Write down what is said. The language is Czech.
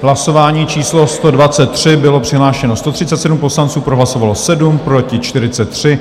Hlasování číslo 123, bylo přihlášeno 137 poslanců, pro hlasovalo 7, proti 43.